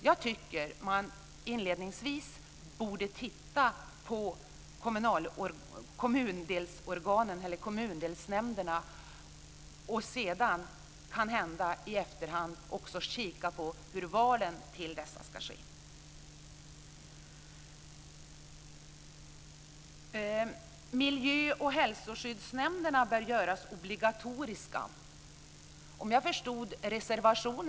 Jag tycker att man inledningsvis borde titta på kommundelsnämnderna och sedan i efterhand kanske också kika på hur valen till dessa ska ske. Miljö och hälsoskyddnämnderna bör göras obligatoriska, heter det i en reservation.